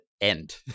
end